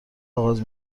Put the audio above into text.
آغاز